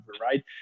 right